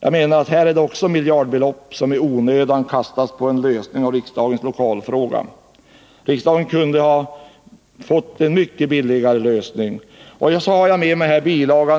Jag menar att det är miljardbelopp som i onödan används för en lösning av riksdagens lokalfråga. Riksdagen kunde ha fått en mycket billigare lösning. Här har jag med mig bil.